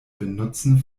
benutzen